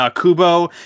Kubo